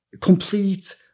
complete